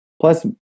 plus